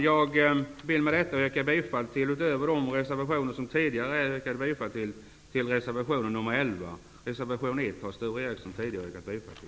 Jag vill med detta, utöver de reservationer jag tidigare yrkade bifall till, också yrka bifall till reservation nr 11. Reservation 1 av Sture Ericson har jag tidigare yrkat bifall till.